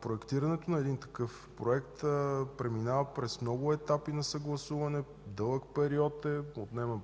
Проектирането на един такъв проект преминава през много етапи на съгласуване, дълъг период е, някой път отнема